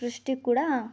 ಸೃಷ್ಟಿ ಕೂಡ